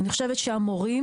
אני חושבת שמורים,